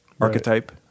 archetype